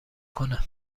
کنه